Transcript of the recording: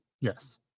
yes